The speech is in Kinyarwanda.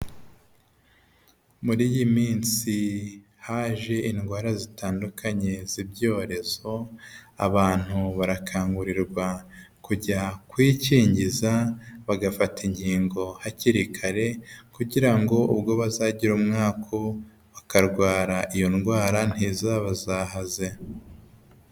Muri iyi minsi haje indwara zitandukanye z'ibyorezo, abantu barakangurirwa kujya kwikingiza, bagafata inkingo hakiri, kare kugira ngo ubwo bazagira umwaku bakarwara iyo ndwara ntizabazahaze.